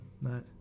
no